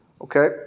Okay